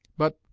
but,